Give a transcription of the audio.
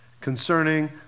concerning